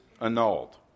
annulled